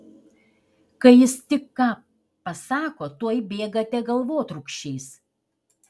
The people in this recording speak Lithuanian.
kai jis tik ką pasako tuoj bėgate galvotrūkčiais